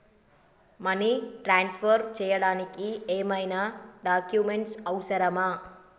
Money transfer చేయడానికి ఏమైనా documents అవసరమా?